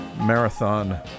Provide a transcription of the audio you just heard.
Marathon